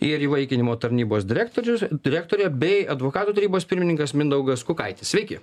ir įvaikinimo tarnybos direktorius direktorė bei advokatų tarybos pirmininkas mindaugas kukaitis sveiki